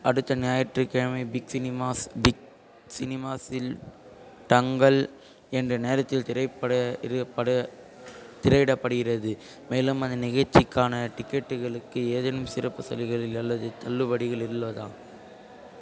அடுத்த ஞாயிற்றுக்கிழமை big cinemas big சினிமாஸில் டங்கல் எந்த நேரத்தில் திரைப்பட திரையிடப்படுகிறது மேலும் அந்த நிகழ்ச்சிக்கான டிக்கெட்டுகளுக்கு ஏதேனும் சிறப்பு சலுகைகள் அல்லது தள்ளுபடிகள் உள்ளதா